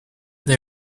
they